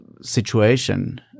situation